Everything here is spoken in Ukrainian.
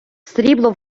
срібло